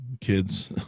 kids